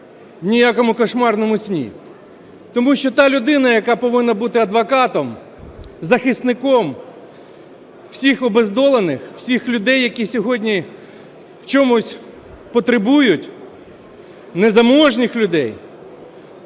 в якому кошмарному сні. Тому що та людина, яка повинна бути адвокатом, захисником всіх обездолених, всіх людей, які сьогодні в чомусь потребують, незаможних людей,